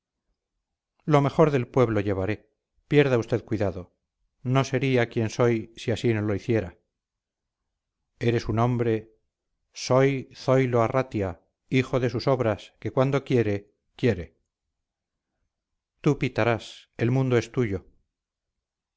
lo mejor del pueblo llevaré pierda usted cuidado no sería quien soy si así no lo hiciera eres un hombre soy zoilo arratia hijo de sus obras que cuando quiere quiere tú pitarás el mundo es tuyo